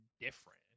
different